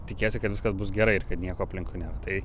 tikiesi kad viskas bus gerai ir kad nieko aplinkui nėra tai